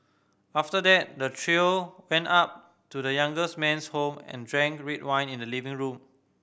after that the trio went up to the younger man's home and drank red wine in the living room